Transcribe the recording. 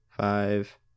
five